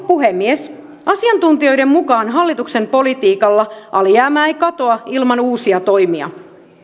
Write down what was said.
puhemies asiantuntijoiden mukaan hallituksen politiikalla alijäämä ei katoa ilman uusia toimia